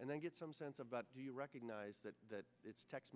and then get some sense about do you recognise that it's text